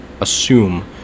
assume